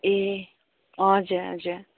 ए हजुर हजुर